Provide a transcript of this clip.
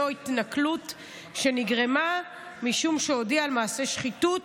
התנכלות שנגרמה משום שהודיע על מעשי שחיתות,